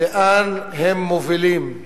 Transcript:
לאן הם מובילים.